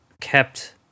kept